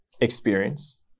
experience